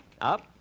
Up